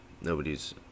nobody's